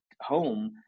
home